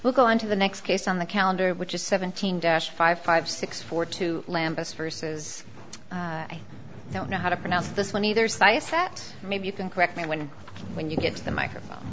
well go on to the next case on the calendar which is seventeen dash five five six four two lamps first says i don't know how to pronounce this one either science that maybe you can correct me when when you get to the microphone